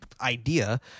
idea